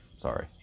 Sorry